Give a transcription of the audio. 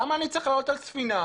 למה אני צריך לעלות על ספינה?